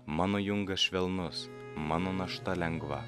mano jungas švelnus mano našta lengva